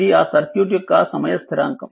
ఇది ఆ సర్క్యూట్ యొక్క సమయ స్థిరాంకం